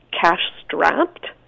cash-strapped